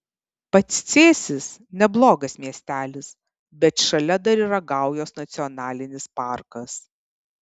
pats cėsis neblogas miestelis bet šalia dar yra gaujos nacionalinis parkas